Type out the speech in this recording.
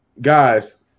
guys